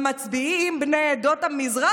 המצביעים שלהם, בני עדות המזרח